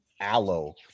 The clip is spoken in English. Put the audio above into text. aloe